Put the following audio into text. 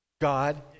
God